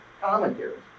commentaries